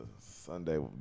Sunday